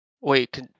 Wait